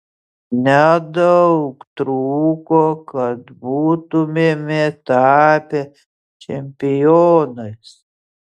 nedaug trūko kad būtumėme tapę čempionais